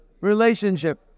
relationship